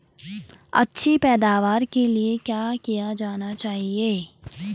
अच्छी पैदावार के लिए क्या किया जाना चाहिए?